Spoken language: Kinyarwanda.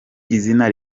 izina